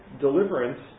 deliverance